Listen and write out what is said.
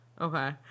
Okay